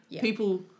People